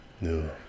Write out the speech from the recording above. No